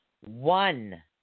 one